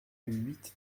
huit